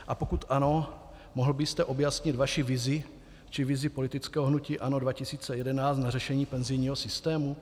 A pokud ano, mohl byste objasnit vaši vizi či vizi politického hnutí ANO 2011 na řešení penzijního systému?